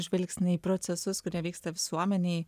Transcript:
žvilgsnį į procesus kurie vyksta visuomenėj